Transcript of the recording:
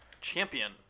Champion